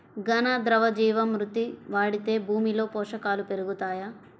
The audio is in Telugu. ఘన, ద్రవ జీవా మృతి వాడితే భూమిలో పోషకాలు పెరుగుతాయా?